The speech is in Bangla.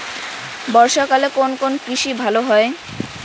বর্ষা কালে কোন কোন কৃষি ভালো হয়?